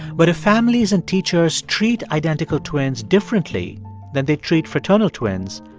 but if families and teachers treat identical twins differently than they treat fraternal twins,